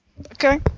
Okay